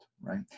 right